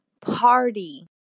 party